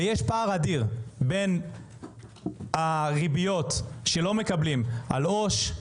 ויש פער אדיר בין ריביות שלא מקבלים על עו"ש,